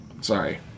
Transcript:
Sorry